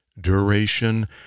duration